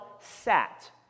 sat